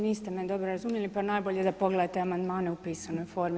Niste me dobro razumjeli, pa najbolje da pogledate amandmane u pisanoj formi.